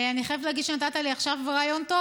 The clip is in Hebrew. אני חייבת להגיד שנתת לי עכשיו רעיון טוב.